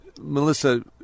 Melissa